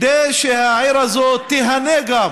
כדי שהעיר הזאת תיהנה גם